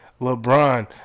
LeBron